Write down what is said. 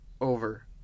over